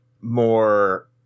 more